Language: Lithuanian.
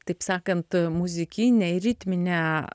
taip sakant muzikiniai ritminę